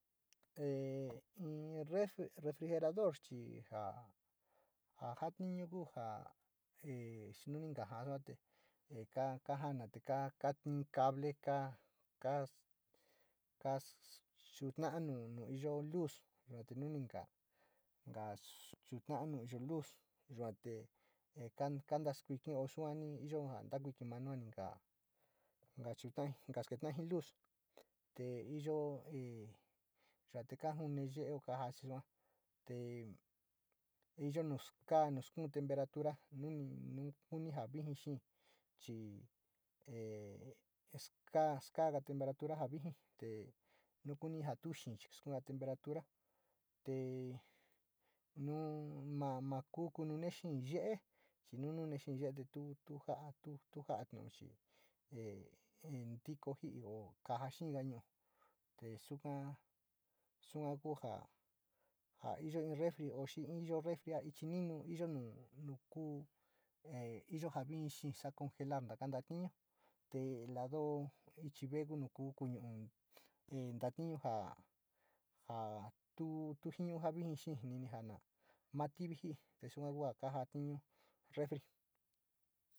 E refri, refrigerador chi ja, jotiñu ku ja, xi nuni kajada te kajana te ka cable ka, ka schuta´a nu iyo luz yua te nuni nka chutap a nu yo luz yuate kastaskuikio in sua nani iyo in ye´eute iyo manual kachitai ji luz te iyo e yuate kajune ye´eute iyo skaa, nu skuu temperatura, nu ni ja vijii chi e skaaga temperatura te nu ma ku kunune xee ye´e, chi nune xee suka sua kuja iyo in refri xi iyo in refri ichi ninu iyo nu ku iyo ja vijii xii sa´a congelar a kanta tiñu te jinuñu´u ja vijii xee ni ni ja na na martiri ji yua kua kajatiñu refri.